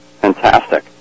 Fantastic